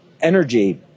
energy